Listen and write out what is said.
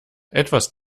etwas